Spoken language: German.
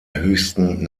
höchsten